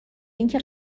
اینکه